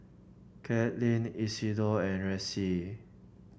Katlyn Isidor and Ressie